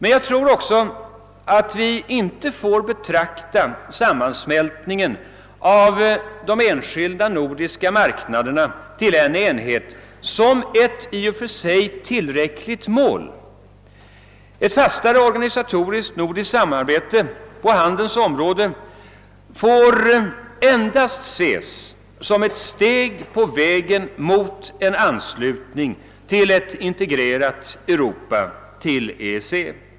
Jag tror bl.a. att vi inte får betrakta sammansmältningen av de enskilda nordiska marknaderna till en enhet som ett i och för sig tillräckligt mål. Ett fastare organisatoriskt nordiskt samarbete på handelns område får främst ses som ett steg på vägen mot en anslutning till ett integrerat Europa, till EEC.